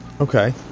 Okay